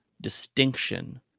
distinction